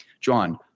John